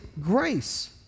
grace